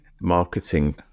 marketing